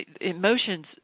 Emotions